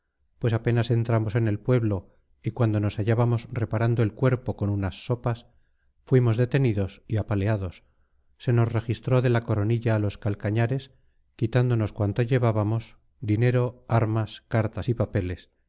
pues apenas entramos en el pueblo y cuando nos hallábamos reparando el cuerpo con unas sopas fuimos detenidos y apaleados se nos registró de la coronilla a los calcañales quitándonos cuanto llevábamos dinero armas cartas y papeles